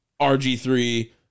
RG3